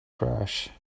trash